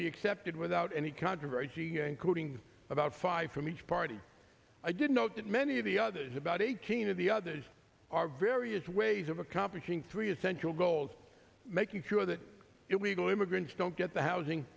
be accepted without any controversy ga including about five from each party i did note that many of the others about eighteen of the others are various ways of accomplishing three essential goals making sure that if we go immigrants don't get the housing